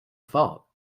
fault